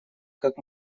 как